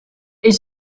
est